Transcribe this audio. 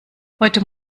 heute